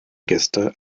gäste